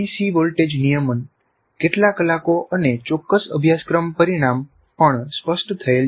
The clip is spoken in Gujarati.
સી વોલ્ટેજ નિયમન કેટલા કલાકો અને ચોક્કસ અભ્યાસક્રમ પરિણામ પણ સ્પષ્ટ થયેલ છે